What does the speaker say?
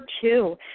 two